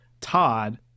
Todd